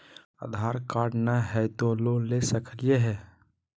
आधार card नही हय, तो लोन ले सकलिये है?